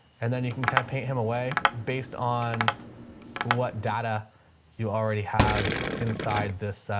and then you can kind of paint him away based on what data you already have inside this, ah,